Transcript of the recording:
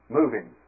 moving